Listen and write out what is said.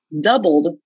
doubled